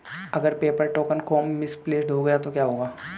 अगर paper token खो misplaced गया तो क्या होगा?